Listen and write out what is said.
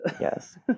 yes